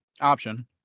option